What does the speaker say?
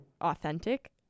authentic